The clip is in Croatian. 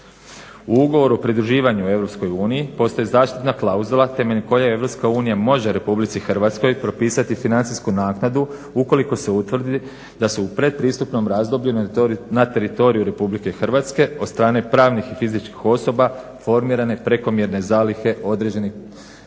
U ugovoru o pridruživanju EU postoji zaštitna klauzula temeljem koje EU može RH propisati financijsku naknadu ukoliko se utvrdi da se u pretpristupnom razdoblju na teritoriju RH od strane pravnih i fizičkih osoba formirane prekomjerne zalihe određenih